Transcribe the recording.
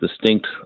distinct